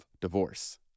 divorce